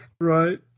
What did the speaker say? Right